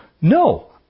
No